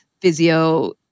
physio